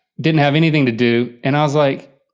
didn't have anything to do, and i was like,